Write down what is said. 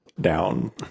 down